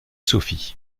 sophie